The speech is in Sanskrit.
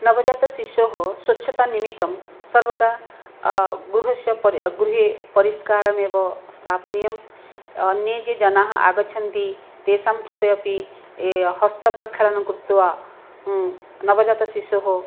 नवजातशिशोः स्वच्छतानिमित्तं सर्वदा गृहस्य परि गृहे परिष्कारमेव स्थापनीयम् अन्ये ये जनाः आगच्छन्ति तेषां कृते अपि ए हस्तप्रक्षालनं कृत्वा नवजातशिशोः